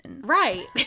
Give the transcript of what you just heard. Right